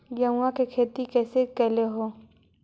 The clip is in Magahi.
गेहूआ के खेती कैसे कैलहो हे?